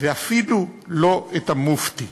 ואפילו לא את המופתי.